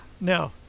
no